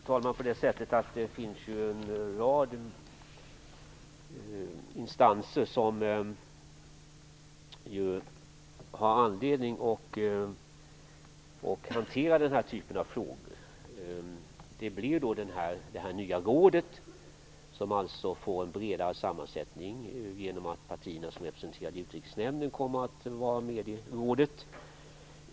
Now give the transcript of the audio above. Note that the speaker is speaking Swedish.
Fru talman! Det finns ju en rad instanser som har anledning att hantera den här typen av frågor. Det nya rådet får en bredare sammansättning genom att de partier som är representerade i Utrikesnämnden kommer att vara med i rådet.